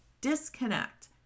disconnect